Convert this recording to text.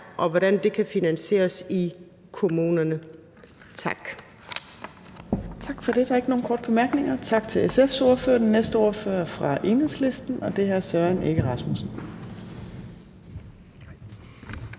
og hvordan det kan finansieres i kommunerne. Tak.